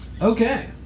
Okay